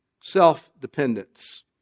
self-dependence